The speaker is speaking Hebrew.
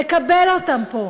נקבל אותם פה.